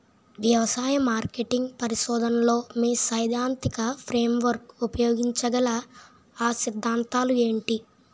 వ్యవసాయ మార్కెటింగ్ పరిశోధనలో మీ సైదాంతిక ఫ్రేమ్వర్క్ ఉపయోగించగల అ సిద్ధాంతాలు ఏంటి?